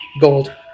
gold